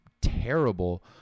terrible